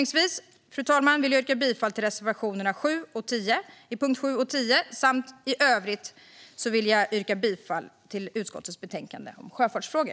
Jag vill avslutningsvis yrka bifall till reservationerna 7 och 10 under punkterna 7 och 10 samt i övrigt till utskottets förslag i betänkandet om sjöfartsfrågor.